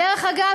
דרך אגב,